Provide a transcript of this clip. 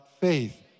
faith